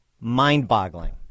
mind-boggling